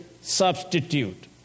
substitute